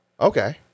Okay